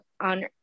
on